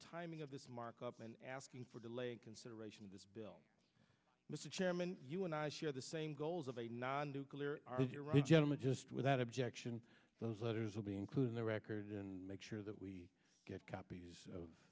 timing of this markup and asking for delaying consideration of this bill mr chairman you and i share the same goals of a non nuclear gentleman just without objection those letters will be including the record and make sure that we get copies of